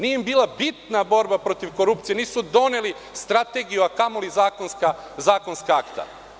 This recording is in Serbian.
Nije im bila bitna borba protiv korupcije, nisu doneli strategiju, a kamoli zakonska akta.